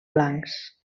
blancs